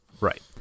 Right